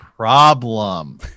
Problem